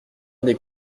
des